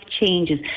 changes